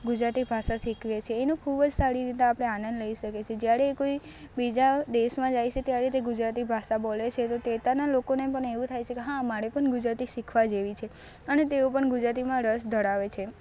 ગુજરાતી ભાષા શિખવીએ છીએ એનું ખૂબ જ સારી રીતના આપણે આનંદ લઈ શકીએ છે જ્યારે કોઈ બીજા દેશમાં જાય છે ત્યારે તે ગુજરાતી ભાષા બોલે છે તે તે લોકોને પણ એવું થાય છે કે હા મારે પણ ગુજરાતી શીખવા જેવી છે અને તેઓ પણ ગુજરાતીમાં રસ ધરાવે છે